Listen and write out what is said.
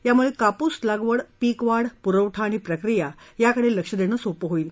यामुळे कापूस लागवड पीक वाढ पुरवठा आणि प्रक्रिया याकडे लक्ष देणं सोपं होईल